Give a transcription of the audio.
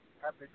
Happy